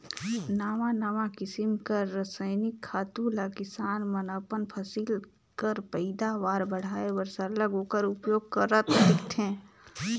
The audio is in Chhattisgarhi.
नावा नावा किसिम कर रसइनिक खातू ल किसान मन अपन फसिल कर पएदावार बढ़ाए बर सरलग ओकर उपियोग करत दिखथें